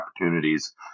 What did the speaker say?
opportunities